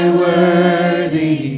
worthy